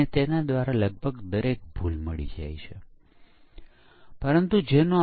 તેથી આપણે પરીક્ષણ પ્રયત્નોની યોજના કેવી રીતે કરીશું